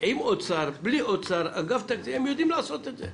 עם האוצר או בלי האוצר, הם יודעים לעשות את זה.